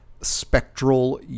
spectral